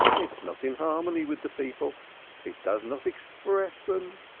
it is not in harmony with the people it does not express them.